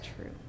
true